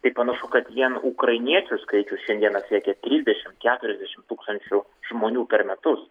tai panašu kad vien ukrainiečių skaičius šiandieną siekia trisdešim keturiasdešim tūkstančių žmonių per metus